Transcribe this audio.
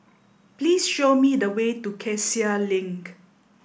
please show me the way to Cassia Link